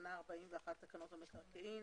תקנה 41 לתקנות המקרקעין.